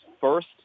first